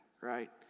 right